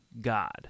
God